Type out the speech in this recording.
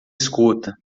escuta